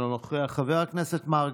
אינו נוכח, חבר הכנסת מרגי,